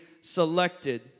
selected